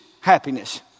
happiness